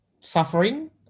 suffering